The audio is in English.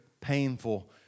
painful